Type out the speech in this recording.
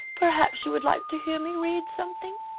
perhaps you would like to hear me read something?